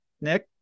Nick